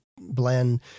blend